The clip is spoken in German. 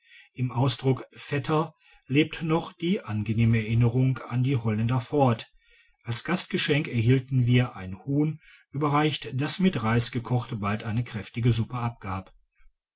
im ausdruck vetter lebt noch die angenehme erinnerung an die holländer fort als gastgeschenk erhielten wir ein huhn überreicht das mit reis gekocht bald eine kräftige suppe abgab